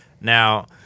Now